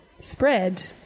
Spread